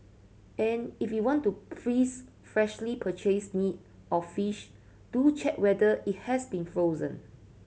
and if you want to freeze freshly purchased meat or fish do check whether it has been frozen